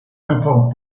informe